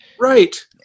Right